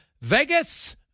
Vegas